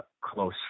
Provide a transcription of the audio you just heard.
close